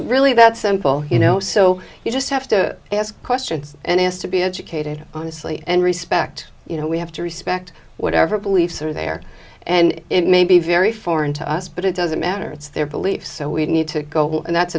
really that simple you know so you just have to ask questions and has to be educated honestly and respect you know we have to respect whatever beliefs are there and it may be very foreign to us but it doesn't matter it's their belief so we need to go and that's